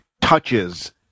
touches